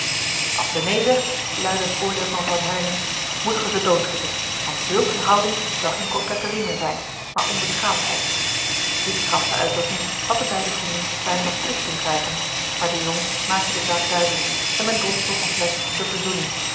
als ze neen zegt luidde het oordeel van van hellingen moet ge ze doodschieten want zulk eene houding zou geen coquetterie meer zijn maar onbeschaamdheid die krasse uitdrukking had de beide vrienden bijna nog twist doen krijgen maar de jong maakte de zaak duidelijk en men dronk nog een flesch op de verzoening